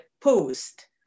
post